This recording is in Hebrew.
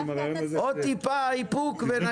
אני